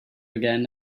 again